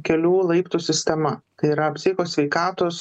kelių laiptų sistema kai yra psichikos sveikatos